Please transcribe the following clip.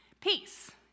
Peace